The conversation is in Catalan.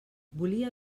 volia